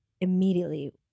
immediately